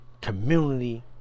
community